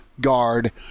guard